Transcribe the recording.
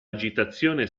agitazione